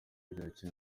barakina